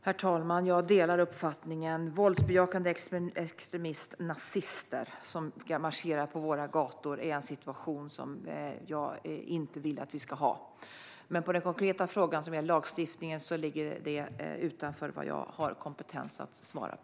Herr talman! Jag delar den uppfattningen. Våldsbejakande extremister och nazister som marscherar på våra gator är en situation jag inte vill att vi ska ha. Den konkreta frågan gällande lagstiftningen ligger dock utanför det jag har kompetens att svara på.